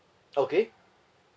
okay